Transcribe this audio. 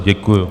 Děkuju.